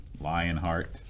Lionheart